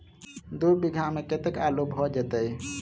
दु बीघा मे कतेक आलु भऽ जेतय?